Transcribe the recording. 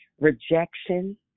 rejection